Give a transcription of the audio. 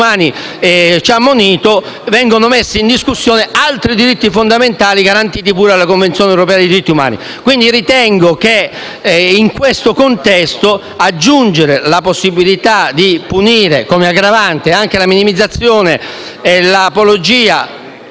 quindi che in questo contesto aggiungere la possibilità di punire, come aggravante, anche la minimizzazione e l'apologia,